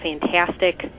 fantastic